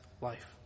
life